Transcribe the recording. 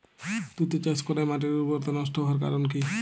তুতে চাষ করাই মাটির উর্বরতা নষ্ট হওয়ার কারণ কি?